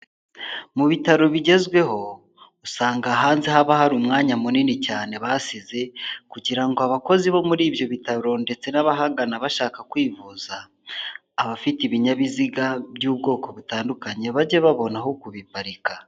Mu bitaro bigezweho usanga hanze haba hari umwanya munini cyane basize kugira ngo abakozi bo muri ibyo bitaro ndetse n'abahagana bashaka kwivuza, abafite ibinyabiziga by'ubwoko butandukanye, bajye babona aho kubiparika.